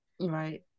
Right